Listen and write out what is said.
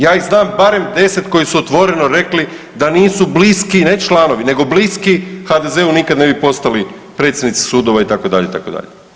Ja ih znam barem 10 koji su otvoreno rekli da nisu bliski, ne članovi, nego bliski HDZ-u nikad ne bi postali predsjednici sudova itd., itd.